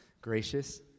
gracious